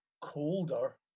colder